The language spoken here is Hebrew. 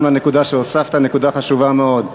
גם הנקודה שהוספת היא נקודה חשובה מאוד.